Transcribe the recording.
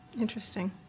Interesting